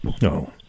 no